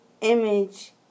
image